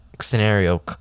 scenario